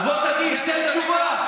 אז בוא, תן תשובה.